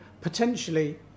potentially